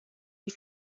you